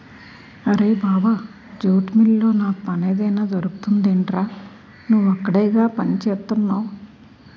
అరేయ్ బావా జూట్ మిల్లులో నాకు పనేమైనా దొరుకుతుందెట్రా? నువ్వక్కడేగా పనిచేత్తున్నవు